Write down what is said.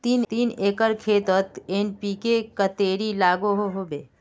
तीन एकर खेतोत एन.पी.के कतेरी लागोहो होबे?